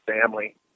family